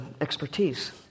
expertise